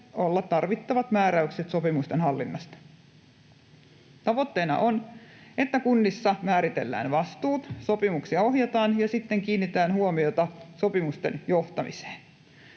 olla tarvittavat määräykset sopimusten hallinnasta. Tavoitteena on, että kunnissa määritellään vastuut, sopimuksia ohjataan ja sitten kiinnitetään huomiota sopimusten johtamiseen.